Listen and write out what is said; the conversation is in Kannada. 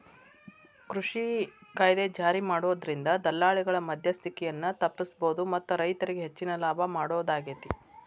ಕೃಷಿ ಕಾಯ್ದೆ ಜಾರಿಮಾಡೋದ್ರಿಂದ ದಲ್ಲಾಳಿಗಳ ಮದ್ಯಸ್ತಿಕೆಯನ್ನ ತಪ್ಪಸಬೋದು ಮತ್ತ ರೈತರಿಗೆ ಹೆಚ್ಚಿನ ಲಾಭ ಮಾಡೋದಾಗೇತಿ